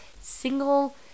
single